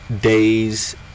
days